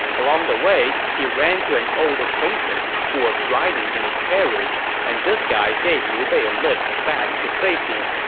along the way, he ran into an old acquaintance who was riding in a carriage, and this guy gave liu bei a lift back to safety.